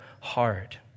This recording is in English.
hard